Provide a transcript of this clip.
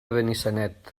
benissanet